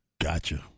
Gotcha